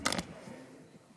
אני חייבת.